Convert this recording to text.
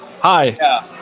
Hi